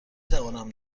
توانم